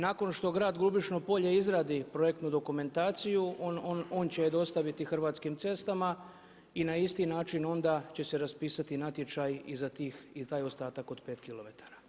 Nakon što grad Grubišno Polje izradi projektnu dokumentaciju on će je dostaviti Hrvatskim cestama i na isti način onda će se raspisati natječaj i za tih, taj ostatak od 5 km.